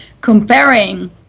comparing